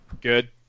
Good